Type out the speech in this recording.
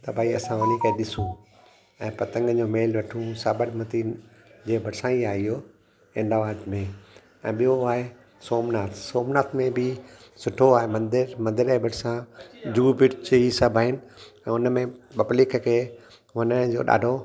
त भई असां वञी करे ॾिसूं ऐं पतंगुनि जो मेलो साबरमती जे भरिसां ई आहे इहो अहमदाबाद में ऐं ॿियो आए सोमनाथ सोमनाथ में बि सुठो आहे मंदर मंदर जे भरिसां जूहु बीड ही सभु आहिनि ऐं हुन में पब्लिक खे वञिण जो ॾाढो